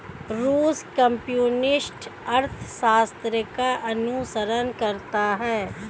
रूस कम्युनिस्ट अर्थशास्त्र का अनुसरण करता है